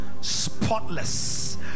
spotless